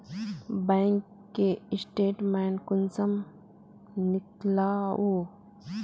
Bank के statement कुंसम नीकलावो?